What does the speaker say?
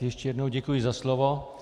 Ještě jednou děkuji za slovo.